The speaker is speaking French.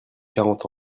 quarante